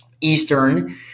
Eastern